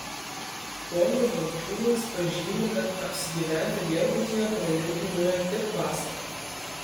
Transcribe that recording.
ponas bagdžiūnas pažymi kad apsigyventi viešbutyje brangiau kainuoja tik vasarą